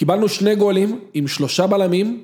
קיבלנו שני גולים עם שלושה בלמים